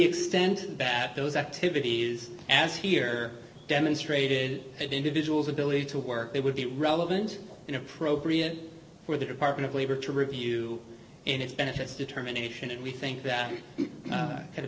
extent that those activities as here demonstrated an individual's ability to work it would be relevant and appropriate for the department of labor to review and its benefits determination and we think that kind of